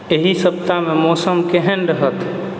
एहि सप्ताहमे मौसम केहन रहत